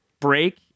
break